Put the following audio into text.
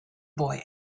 boy